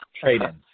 trade-ins